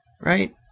right